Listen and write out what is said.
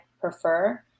prefer